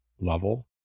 level